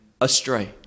astray